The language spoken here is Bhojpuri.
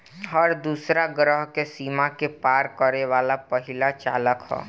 हर दूसरा ग्रह के सीमा के पार करे वाला पहिला चालक ह